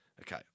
okay